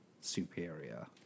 superior